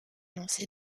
lancés